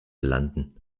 landen